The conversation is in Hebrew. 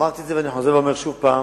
אמרתי את זה, ואני חוזר ואומר שוב פעם,